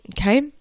okay